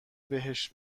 بهش